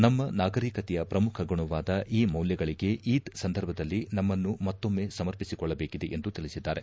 ನಮ್ನ ನಾಗರೀಕತೆಯ ಪ್ರಮುಖ ಗುಣವಾದ ಈ ಮೌಲ್ವಗಳಿಗೆ ಈದ್ ಸಂದರ್ಭದಲ್ಲಿ ನಮ್ನನ್ನು ಮತ್ತೊಮ್ನೆ ಸಮರ್ಪಿಸಿಕೊಳ್ಳಬೇಕಿದೆ ಎಂದು ತಿಳಿಸಿದ್ದಾರೆ